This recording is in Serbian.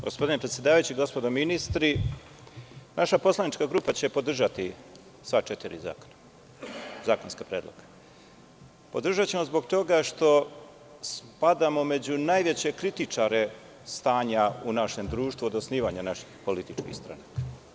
Gospodine predsedavajući, gospodo ministri, naša poslanička grupa će podržati sva četiri zakonska predloga, zbog toga što spadamo među najveće kritičare stanja u našem društvu od osnivanja naših političkih stranaka.